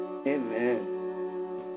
Amen